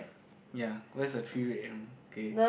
ya where is the three red one okay